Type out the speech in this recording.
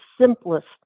simplest